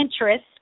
interest